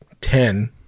ten